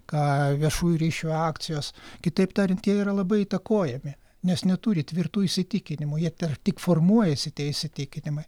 ką viešųjų ryšių akcijos kitaip tariant jie yra labai įtakojami nes neturi tvirtų įsitikinimų jie dar tik formuojasi tie įsitikinimai